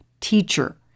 teacher